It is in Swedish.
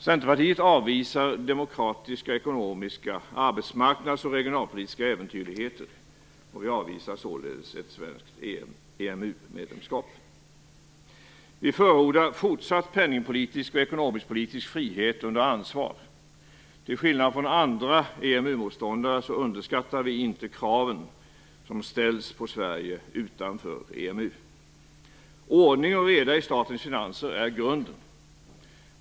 Centerpartiet avvisar demokratiska ekonomiska arbetsmarknads och regionalpolitiska äventyrligheter och avvisar således ett svenskt EMU Vi i Centerpartiet förordar fortsatt penning och ekonomisk-politisk frihet under ansvar. Till skillnad från andra EMU-motståndare underskattar vi inte kraven som ställs på Sverige utanför EMU. Ordning och reda i statens finanser är grunden.